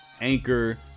anchor